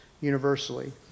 universally